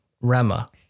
rama